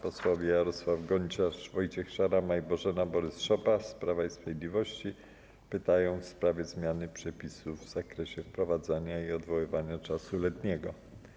Posłowie Jarosław Gonciarz, Wojciech Szarama i Bożena Borys-Szopa z Prawa i Sprawiedliwości pytają w sprawie zmiany przepisów w zakresie wprowadzenia i odwołania czasu letniego.